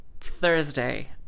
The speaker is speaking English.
Thursday